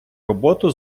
роботу